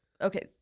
Okay